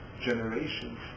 generations